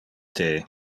the